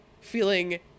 feeling